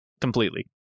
completely